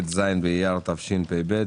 ט"ז באייר התשפ"ב,